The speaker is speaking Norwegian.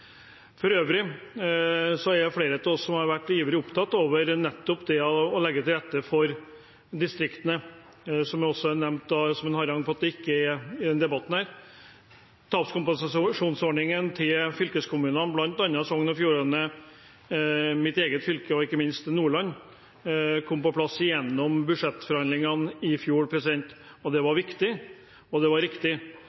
For øvrig er det flere av oss som har vært ivrig opptatt av nettopp det å legge til rette for distriktene, som også er nevnt som en harang at det ikke er i denne debatten. Tapskompensasjonsordningen til fylkeskommunene, bl.a. til Sogn og Fjordane, til mitt eget fylke, og ikke minst til Nordland, kom på plass gjennom budsjettforhandlingene i fjor. Det var viktig, og det var riktig.